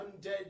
undead